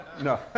no